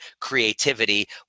creativity